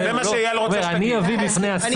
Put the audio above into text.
זה מה שאייל רוצה שתגיד --- אם אני לא מסכים?